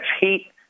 heat